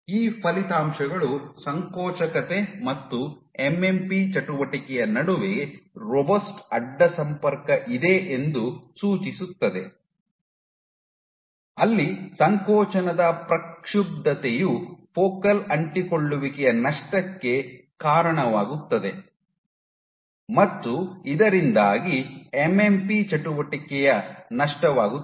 ಈ ಫಲಿತಾಂಶಗಳು ಸಂಕೋಚಕತೆ ಮತ್ತು ಎಂಎಂಪಿ ಚಟುವಟಿಕೆಯ ನಡುವೆ ರೋಬಸ್ಟ್ ಅಡ್ಡ ಸಂಪರ್ಕ ಇದೆ ಎಂದು ಸೂಚಿಸುತ್ತದೆ ಅಲ್ಲಿ ಸಂಕೋಚನದ ಪ್ರಕ್ಷುಬ್ಧತೆಯು ಫೋಕಲ್ ಅಂಟಿಕೊಳ್ಳುವಿಕೆಯ ನಷ್ಟಕ್ಕೆ ಕಾರಣವಾಗುತ್ತದೆ ಮತ್ತು ಇದರಿಂದಾಗಿ ಎಂಎಂಪಿ ಚಟುವಟಿಕೆಯ ನಷ್ಟವಾಗುತ್ತದೆ